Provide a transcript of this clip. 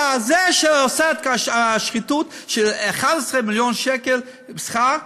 שעשה את השחיתות של 11 מיליון שקל בשכר,